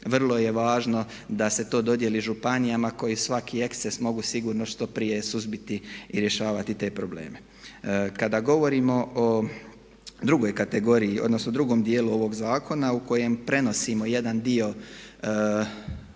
vrlo je važno da se to dodjeli županijama koji svaki eksces mogu sigurno što prije suzbiti i rješavati te probleme. Kada govorimo o drugoj kategoriji, odnosno drugom dijelu ovog zakona u kojem prenosimo jedan dio ovlasti,